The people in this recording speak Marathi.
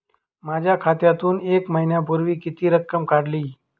माझ्या खात्यातून एक महिन्यापूर्वी किती रक्कम काढली?